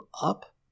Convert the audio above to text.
up